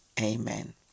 amen